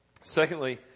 Secondly